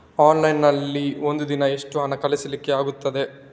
Online ನಲ್ಲಿ ಒಂದು ದಿನ ಎಷ್ಟು ಹಣ ಕಳಿಸ್ಲಿಕ್ಕೆ ಆಗ್ತದೆ?